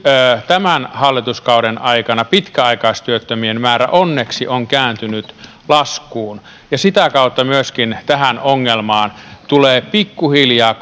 tämän hallituskauden aikana pitkäaikaistyöttömien määrä onneksi on kääntynyt laskuun ja sitä kautta myöskin tähän ongelmaan tulee pikkuhiljaa